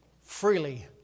freely